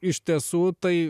iš tiesų tai na